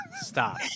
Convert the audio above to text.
Stop